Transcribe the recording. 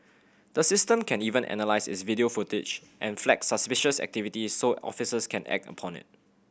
the system can even analyse its video footage and flag suspicious activity so officers can act upon it